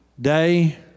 Day